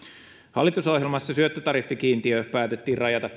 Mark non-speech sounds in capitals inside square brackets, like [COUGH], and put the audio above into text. hallitusohjelmassa syöttötariffikiintiö päätettiin rajata [UNINTELLIGIBLE]